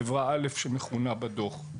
חברה א' שמכונה בדוח.